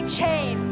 chain